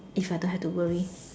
if I don't have to worry